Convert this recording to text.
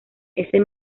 ese